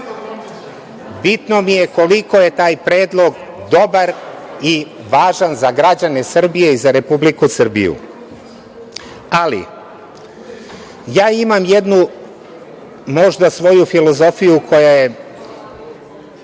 bitno mi je koliko je taj predlog dobar i važan za građane Srbije i za Republiku Srbiju. Ali, ja imam jednu možda svoju filozofiju koja je